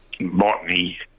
botany